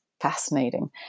fascinating